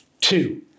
two